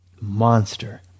Monster